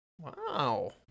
wow